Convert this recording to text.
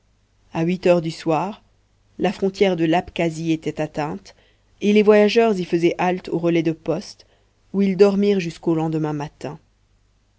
a huit heures du soir la frontière de l'abkasie était atteinte et les voyageurs y faisaient halte au relais de poste où ils dormirent jusqu'au lendemain matin